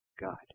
God